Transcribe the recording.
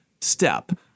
step